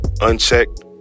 unchecked